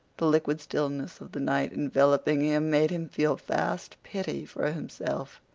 the liquid stillness of the night enveloping him made him feel vast pity for himself.